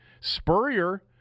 Spurrier